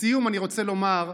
לסיום אני רוצה לומר: